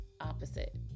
opposite